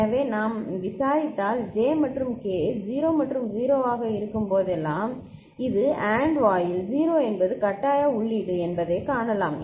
எனவே நாம் விசாரித்தால் J மற்றும் K 0 மற்றும் 0 ஆக இருக்கும்போதெல்லாம் இது AND வாயில் 0 என்பது கட்டாய உள்ளீடு என்பதைக் காணலாம்